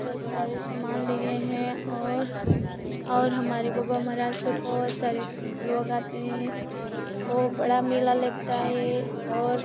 बहुत सारे सामान लिए हैं और और हमारे बाबा महाराज के बहुत सारे लोग आते हैं बहुत बड़ा मेला लगता है और